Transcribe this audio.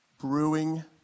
brewing